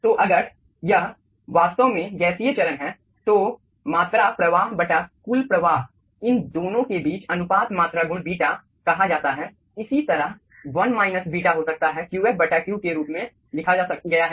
तो अगर यह वास्तव में गैसीय चरण है तो मात्रा प्रवाह बटा कुल प्रवाह इन दोनों के बीच अनुपात मात्रा गुण बीटा कहा जाता है इसी तरह 1 माइनस बीटा हो सकता है qf बटा q के रूप में लिखा गया है